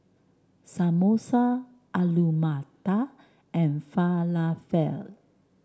Samosa Alu Matar and Falafel